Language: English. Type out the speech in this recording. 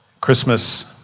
Christmas